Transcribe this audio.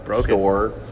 store